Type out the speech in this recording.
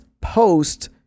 post